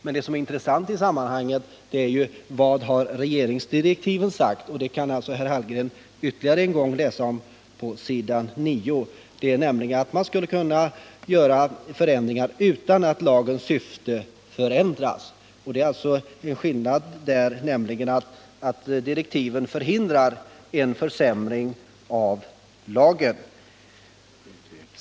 Men det som är intressant i sammanhanget är vad regeringen har sagt. Det kan herr Hallgren läsa om på s. 9 i utskottsbetänkandet. Där står nämligen att man skall kunna göra förändringar utan att lagens syfte förändras. Direktiven förhindrar nämligen en försämring av lagen.